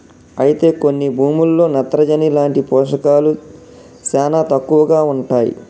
అయితే కొన్ని భూముల్లో నత్రజని లాంటి పోషకాలు శానా తక్కువగా ఉంటాయి